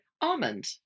Almond